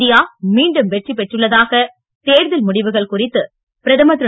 India மீண்டும் வெற்றி பெற்றுள்ளதாக தேர்தல் முடிவுகள் குறித்து பிரதமர் திரு